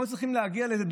אנחנו לא צריכים להגיע לזה.